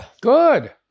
Good